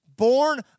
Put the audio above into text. born